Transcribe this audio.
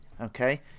okay